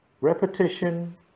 repetition